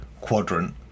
quadrant